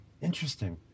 interesting